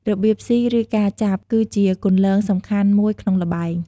របៀបស៊ី ឬការចាប់ គឺជាគន្លងសំខាន់មួយក្នុងល្បែង។